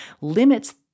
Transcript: limits